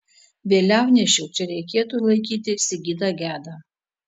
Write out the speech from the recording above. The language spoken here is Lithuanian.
vėliavnešiu čia reikėtų laikyti sigitą gedą